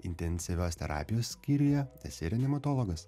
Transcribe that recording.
intensyvios terapijos skyriuje esi reanimatologas